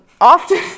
often